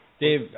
Dave